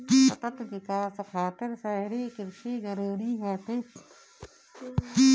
सतत विकास खातिर शहरी कृषि जरूरी बाटे